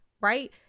right